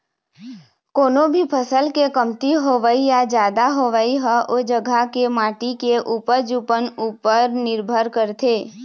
कोनो भी फसल के कमती होवई या जादा होवई ह ओ जघा के माटी के उपजउपन उपर निरभर करथे